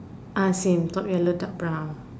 ah same top yellow dark brown